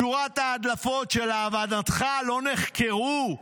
שורת ההדלפות שלהבנתך לא נחקרו,